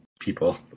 people